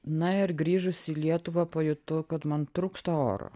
na ir grįžus į lietuvą pajutau kad man trūksta oro